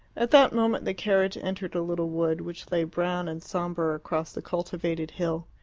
at that moment the carriage entered a little wood, which lay brown and sombre across the cultivated hill.